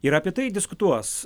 ir apie tai diskutuos